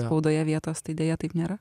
spaudoje vietos tai deja taip nėra